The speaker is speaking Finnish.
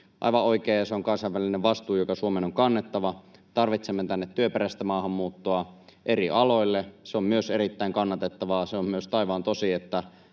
aivan oikein, ja se on kansainvälinen vastuu, joka Suomen on kannettava. Tarvitsemme tänne työperäistä maahanmuuttoa eri aloille. Se on myös erittäin kannatettavaa. Se on myös taivaan tosi,